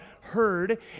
heard